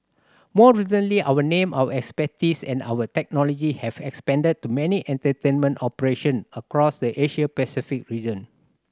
more recently our name our expertise and our technology have expanded to many entertainment operation across the Asia Pacific region